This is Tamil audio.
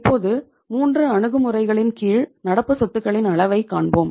இப்போது 3 அணுகுமுறைகளின் கீழ் நடப்பு சொத்துகளின் அளவைக் காண்போம்